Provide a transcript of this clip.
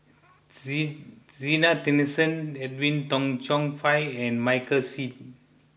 Zena Tessensohn Edwin Tong Chun Fai and Michael Seet